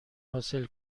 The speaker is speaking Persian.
حاصل